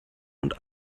und